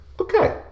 Okay